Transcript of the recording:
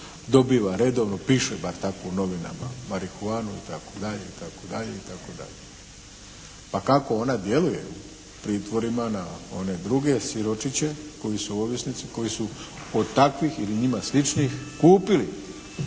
Dobiva redovno, piše bar tako u novinama, marihuanu itd. itd. A kako ona djeluje u pritvorima na one druge siročiće koji su ovisnici, koji su od takvih ili njima sličnih kupili